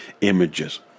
images